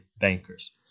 bankers